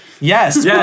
Yes